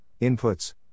inputs